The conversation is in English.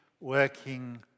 working